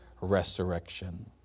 resurrection